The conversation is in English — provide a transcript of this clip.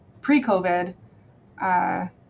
pre-covid